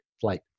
flight